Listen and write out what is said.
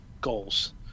goals